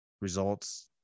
results